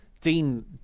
Dean